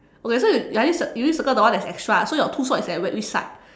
okay so you are you do you circle the one that is extra so your two sock is at where which side